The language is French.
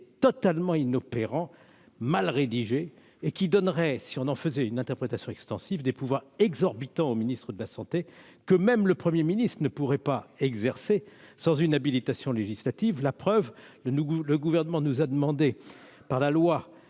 totalement inopérant, mal rédigé, et qui donnerait, si l'on en faisait une interprétation extensive, des pouvoirs exorbitants au ministre de la santé, que même le Premier ministre ne pourrait pas exercer sans une habilitation législative- la preuve : le Gouvernement nous a demandé, par la loi